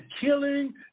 killing